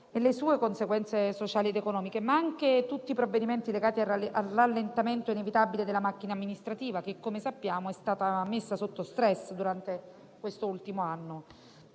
e le sue conseguenze sociali ed economiche, ma anche con tutti i provvedimenti legati al rallentamento inevitabile della macchina amministrativa, che, come sappiamo, è stata messa sotto *stress* durante questo ultimo anno.